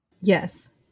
Yes